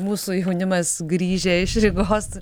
mūsų jaunimas grįžę iš rygos